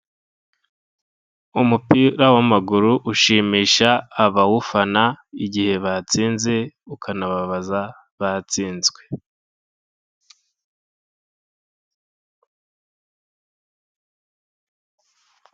Umupira w'amaguru ushimisha abawufana igihe batsinze, ukanababaza batsinzwe.